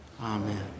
Amen